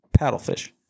paddlefish